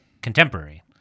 contemporary